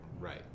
Right